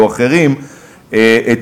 של